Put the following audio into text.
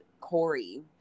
Corey